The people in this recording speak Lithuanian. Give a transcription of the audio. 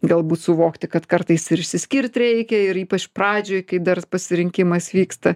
galbūt suvokti kad kartais ir išsiskirt reikia ir ypač pradžioj kai dar pasirinkimas vyksta